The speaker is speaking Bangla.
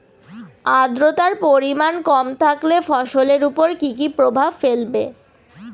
আদ্রর্তার পরিমান কম থাকলে ফসলের উপর কি কি প্রভাব ফেলবে?